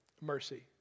Mercy